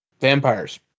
Vampires